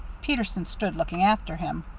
peterson stood looking after him.